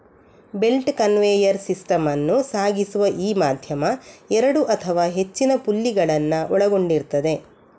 belt conveyor system ಅನ್ನು ಸಾಗಿಸುವ ಈ ಮಾಧ್ಯಮ ಎರಡು ಅಥವಾ ಹೆಚ್ಚಿನ ಪುಲ್ಲಿಗಳನ್ನ ಒಳಗೊಂಡಿರ್ತದೆ